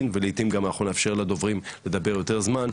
ולעיתים אנחנו נאפשר לדוברים לדבר יותר זמן,